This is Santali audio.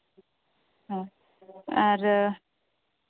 ᱦᱮᱸ ᱟᱨ